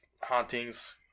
hauntings